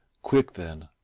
quick then,